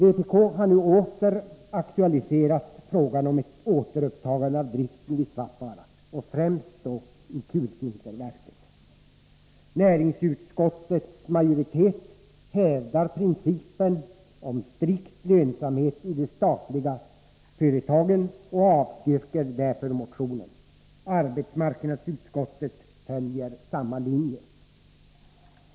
Vpk har nu åter aktualiserat frågan om ett återupptagande av driften vid Svappavaara, och främst då kulsinterverket. Näringsutskottets majoritet hävdar principen om strikt lönsamhet i de statliga företagen och avstyrker därför motionen. Arbetsmarknadsutskottet följer samma linje.